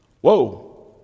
Whoa